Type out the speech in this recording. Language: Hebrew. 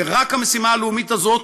ורק המשימה הלאומית הזאת,